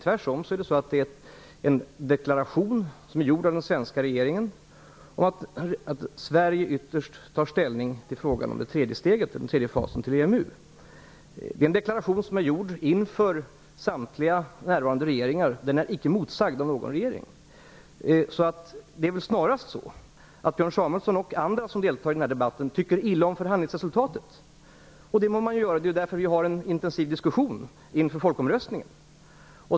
Tvärtom är det en deklaration gjord av den svenska regeringen att Sverige ytterst tar ställning om den tredje fasen till EMU. Den deklarationen gjordes inför samtliga närvarande regeringar, och den är icke motsagd av någon regering. Snarast är det väl så, att Björn Samuelson och andra som deltar i denna debatt tycker illa om förhandlingsresultatet. Det må man väl få göra. Det är ju därför vi har en så intensiv diskussion inför folkomröstningen.